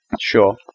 Sure